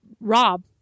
rob